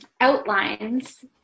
outlines